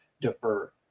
defer